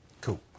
Cool